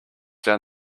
down